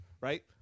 right